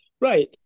Right